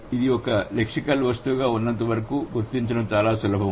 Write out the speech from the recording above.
ఇది ఒక లెక్సికల్ వస్తువుగా ఉన్నంతవరకు గుర్తించడం చాలా సులభం